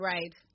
Right